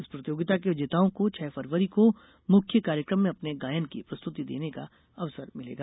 इस प्रतियोगिता के विजेताओं को छह फरवरी को मुख्य कार्यकम में अपने गायन की प्रस्तुति देने का अवसर मिलेगा